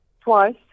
twice